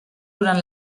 durant